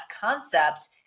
concept